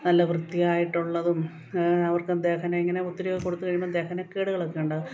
നല്ല വൃത്തിയായിട്ടുള്ളതും അവർക്ക് ദഹനം ഇങ്ങനെ ഒത്തിരി കൊടുത്ത് കഴിയുമ്പോള് ദഹനക്കേടുകളൊക്കെ ഉണ്ടാകും